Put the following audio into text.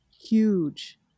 huge